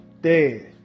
dead